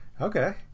Okay